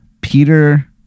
Peter